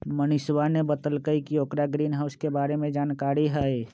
मनीषवा ने बतल कई कि ओकरा ग्रीनहाउस के बारे में जानकारी हई